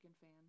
fan